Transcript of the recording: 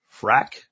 frack